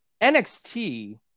NXT